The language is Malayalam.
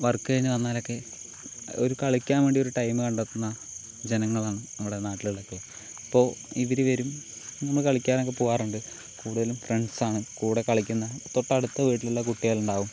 വർക്ക് കഴിഞ്ഞ് വന്നാലക്കെ ഒരു കളിക്കാൻ വേണ്ടി ഒരു ടൈം കണ്ടെത്തുന്ന ജനങ്ങളാണ് നമ്മുടെ നാട്ടിലുള്ളവരൊക്കെ ഇപ്പോൾ ഇവർ വരും നമ്മൾ കളിക്കാനൊക്കെ പോവാറുണ്ട് കൂടുതലും ഫ്രണ്ട്സ് ആണ് കൂടെ കളിക്കുന്ന തൊട്ടടുത്ത വീട്ടിലുള്ള കുട്ടികളുണ്ടാവും